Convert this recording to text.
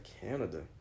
Canada